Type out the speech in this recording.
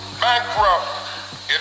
bankrupt